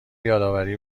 یادآوری